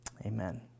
Amen